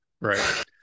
Right